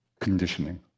conditioning